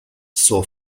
saw